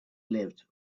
lived